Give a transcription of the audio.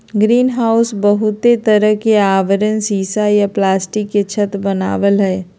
greenhouse बहुते तरह के आवरण सीसा या प्लास्टिक के छत वनावई हई